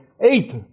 eight